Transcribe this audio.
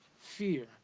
fear